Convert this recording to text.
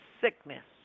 sickness